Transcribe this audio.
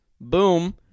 Boom